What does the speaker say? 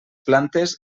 plantes